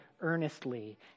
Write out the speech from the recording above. earnestly